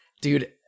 Dude